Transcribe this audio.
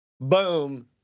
Boom